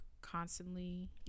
constantly